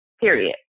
period